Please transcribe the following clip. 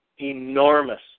enormous